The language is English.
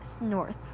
north